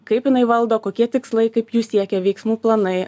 kaip jinai valdo kokie tikslai kaip jų siekia veiksmų planai